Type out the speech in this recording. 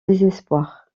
désespoir